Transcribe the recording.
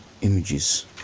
images